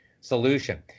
solution